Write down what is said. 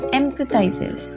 empathizes